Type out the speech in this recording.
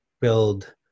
build